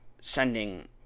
sending